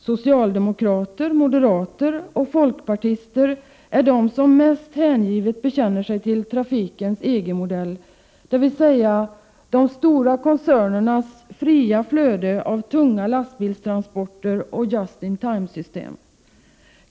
Socialdemokrater, moderater och folkpartister är de som mest hängivet bekänner sig till trafikens EG-modell, dvs. de stora koncernernas fria flöde av tunga lastbilstransporter och just-in-time-system.